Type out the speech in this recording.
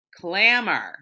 clamor